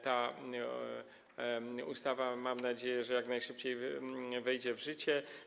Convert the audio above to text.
Ta ustawa, mam nadzieję, jak najszybciej wejdzie w życie.